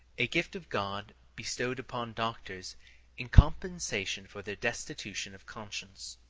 a gift of god bestowed upon doctors in compensation for their destitution of conscience.